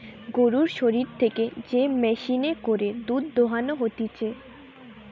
গরুর শরীর থেকে যে মেশিনে করে দুধ দোহানো হতিছে